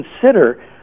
consider